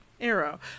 arrow